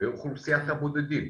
לאוכלוסיית הבודדים.